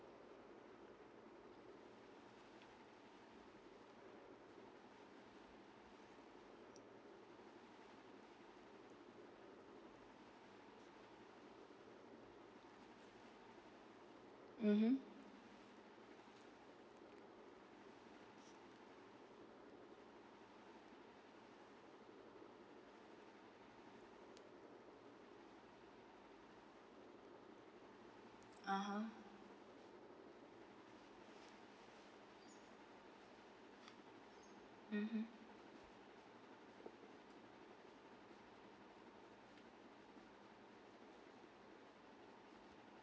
mmhmm (uh huh) mmhmm